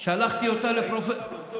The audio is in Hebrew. ראית אותה, מנסור?